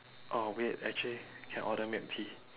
oh wait actually can order milk tea